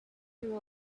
rule